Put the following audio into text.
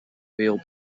real